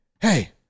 hey